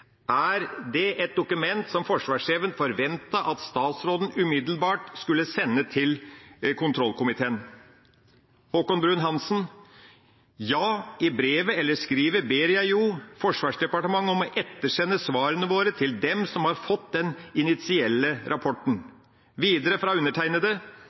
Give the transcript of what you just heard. Er det et dokument som forsvarssjefen forventet at statsråden umiddelbart skulle sende til kontrollkomiteen?» Haakon Bruun-Hanssen svarte: «Ja, i brevet eller skrivet ber jeg jo Forsvarsdepartementet om å ettersende svarene våre til dem som har fått den initielle rapporten.» Videre, fra undertegnede: